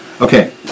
Okay